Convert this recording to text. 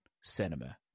cinema